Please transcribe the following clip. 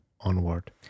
onward